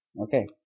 Okay